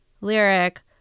lyric